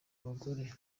abagore